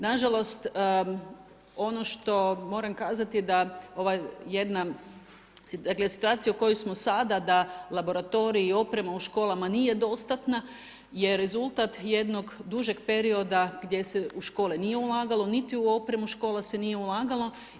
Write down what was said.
Na žalost ono što moram kazati je da ova jedna, dakle situacija u kojoj smo sada da laboratorij i oprema u školama nije dostatna je rezultat jednog dužeg perioda gdje se u škole nije ulagalo niti u opremu škola se nije ulagalo.